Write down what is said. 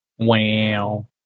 Wow